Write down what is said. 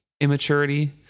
immaturity